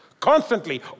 Constantly